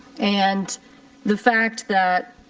and the fact that